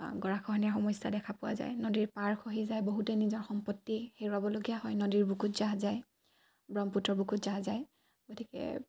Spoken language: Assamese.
গৰাখহনীয়া সমস্যা দেখা পোৱা যায় নদীৰ পাৰ খহি যায় বহুতেই নিজৰ সম্পত্তি হেৰুৱাবলগীয়া হয় নদীৰ বুকুত জাহ যায় ব্ৰহ্মপুত্ৰৰ বুকুত জাহ যায় গতিকে